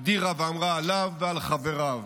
הגדירה ואמרה עליו ועל חבריו